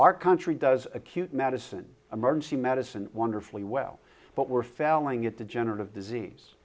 our country does acute medicine emergency medicine wonderfully well but we're failing at the generative disease